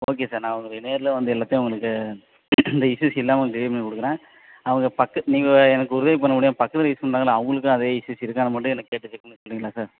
okay sir நான் உங்களுக்கு நேர்லேயே வந்து எல்லாத்தையும் உங்களுக்கு இந்த இஷ்ஷுஸ் இல்லாமல் உங்களுக்கு க்ளியர் பண்ணிக் கொடுக்குறேன் அவங்க பக்கம் நீங்கள் எனக்கு உதவி பண்ண முடியுமா பக்கத்தில் இஷ்ஷு சொன்னாங்கள்லே அவங்களுக்கு அதே இஷ்ஷுஸ் இருக்கான்னு மட்டும் எனக்குக் கேட்டு செக் பண்ணி சொல்கிறீங்களா சார்